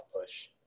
push